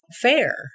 fair